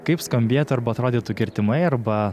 kaip skambėtų arba atrodytų kirtimai arba